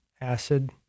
acid